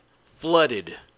flooded